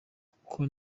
kuko